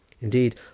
Indeed